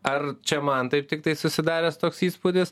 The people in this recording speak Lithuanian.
ar čia man taip tiktais susidaręs toks įspūdis